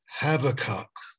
Habakkuk